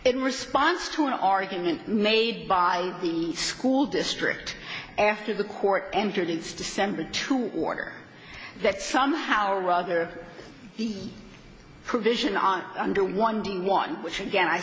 in response to an argument made by the school district after the court entered its december to order that somehow or other the provision on under one thing one which again i